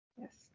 Yes